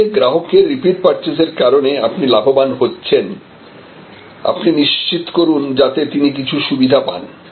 যে গ্রাহকের repeat purchase এর কারণে আপনি লাভবান হচ্ছেন আপনি নিশ্চিত করুন যাতে তিনি কিছু সুবিধা পান